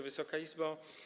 Wysoka Izbo!